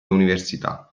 università